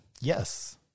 Yes